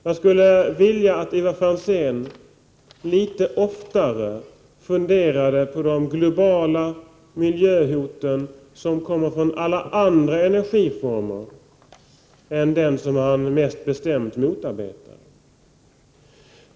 Jag skulle vilja att Ivar Franzén litet oftare funderade på de globala miljöhot som kommer från alla andra energiformer än den som han mest bestämt motarbetar.